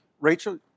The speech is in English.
Rachel